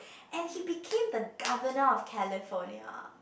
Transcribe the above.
and he became the governor of California